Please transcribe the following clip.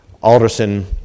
Alderson